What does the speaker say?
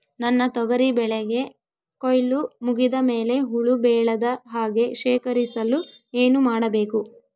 ನನ್ನ ತೊಗರಿ ಬೆಳೆಗೆ ಕೊಯ್ಲು ಮುಗಿದ ಮೇಲೆ ಹುಳು ಬೇಳದ ಹಾಗೆ ಶೇಖರಿಸಲು ಏನು ಮಾಡಬೇಕು?